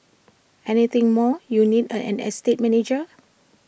anything more you need an estate manager